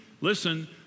listen